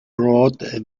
wrote